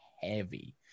heavy